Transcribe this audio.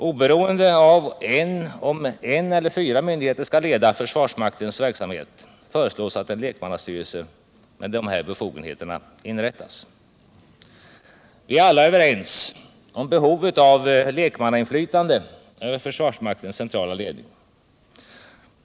Oberoende av om en eller fyra myndigheter skall leda försvarsmaktens verksamhet föreslås att en lekmannastyrelse med dessa befogenheter inrättas. Vi är alla överens om behovet av lekmannainflytande över försvarsmaktenscentrala ledning.